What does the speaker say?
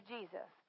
Jesus